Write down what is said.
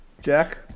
Jack